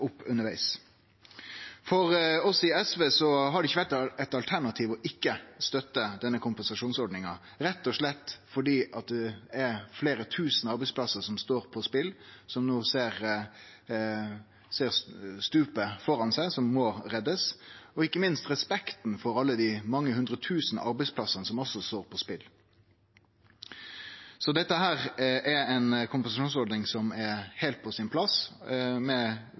opp undervegs. For oss i SV har det ikkje vore eit alternativ å ikkje støtte denne kompensasjonsordninga, rett og slett fordi det er fleire tusen arbeidsplassar som står på spel, som no ser stupet framfor seg, som må reddast, og ikkje minst av respekt for alle dei mange hundre tusen arbeidsplassane som også står på spel. Dette er ei kompensasjonsordning som er heilt på sin plass,